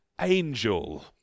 angel